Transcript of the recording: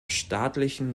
staatlichen